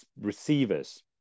receivers